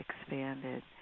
expanded